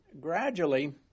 gradually